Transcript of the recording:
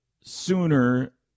sooner